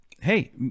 Hey